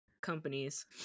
companies